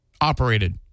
operated